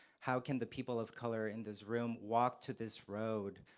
how can the people of color in this room walk to this road,